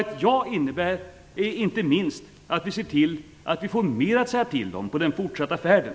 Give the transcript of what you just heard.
Ett ja innebär inte minst att vi ser till att vi får mer att säga till om på den fortsatta färden.